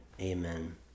Amen